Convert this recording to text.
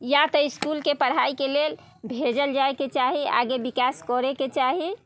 या तऽ इसकुलके पढ़ाइके लेल भेजल जायके चाही आगे विकास करैके चाही